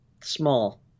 small